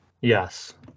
Yes